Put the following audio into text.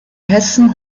hessen